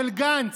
של גנץ,